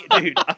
dude